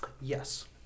yes